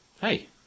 hey